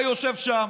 אתה יושב שם.